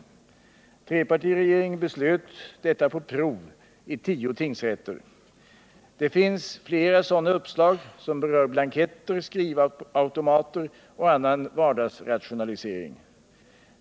Trepartiregeringen beslöt om detta på prov i tio tingsrätter. Det finns fler sådana uppslag som berör blanketter, skrivautomater och annan vardagsrationalisering.